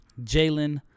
Jalen